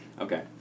okay